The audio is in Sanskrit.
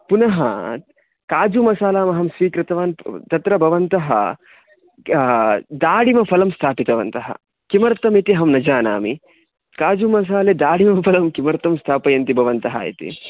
पुनः काजुमसालामहं स्वीकृतवान् तत्र भवन्तः दाडिमफ़लं स्थापितवन्तः किमर्थमिति अहं न जानामि काजुमसाले दाडिमफलं किमर्थं स्थापयन्ति भवन्तः इति